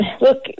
Look